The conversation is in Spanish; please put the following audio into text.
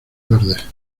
verdes